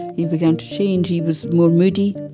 he began to change. he was more moody,